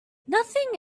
nothing